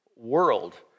world